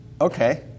Okay